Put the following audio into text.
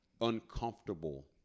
uncomfortable